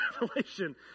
Revelation